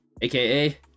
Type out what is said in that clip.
aka